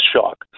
shock